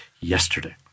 yesterday